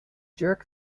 jerk